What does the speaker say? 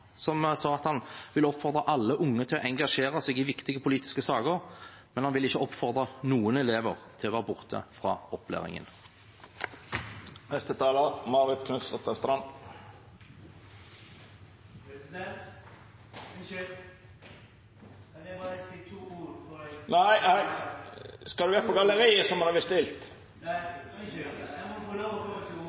sa: «Jeg vil oppfordre alle unge til å engasjere seg i viktige politiske saker, men jeg vil ikke oppfordre noen elever til å være borte fra opplæringen.» Det må vera stilt på galleriet! Eg må be om at det vert rydda på galleriet. Politisk engasjement er noe vi må ta vare på og sette pris på. Å tale i Stortinget er dessverre begrenset til